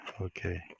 okay